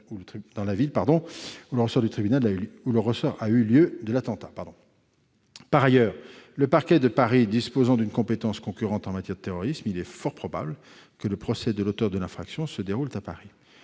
dans le ressort duquel est situé le lieu de l'attentat. Par ailleurs, le parquet de Paris disposant d'une compétence concurrente en matière de terrorisme, il est fort probable que le procès de l'auteur de l'infraction se déroule à Paris.